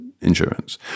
insurance